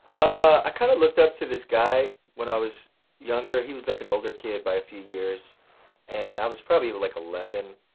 ah i kind of looked up to this guy when i was younger. he was like an older kid by a few years and i was probably like eleven,